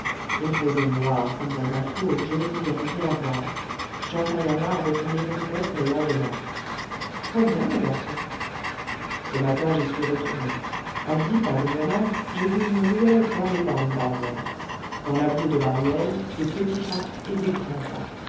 il faisait noir comme dans un four je ne pouvais rien voir j'entaille un arbre pour m'y reconnaître le lendemain très-bien mon garçon ce matin j'y suis retourné à dix pas de mon arbre j'ai vu une ruelle fermée par une barrière dans la boue de la ruelle des petits pas et des grands pas